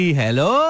hello